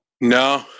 No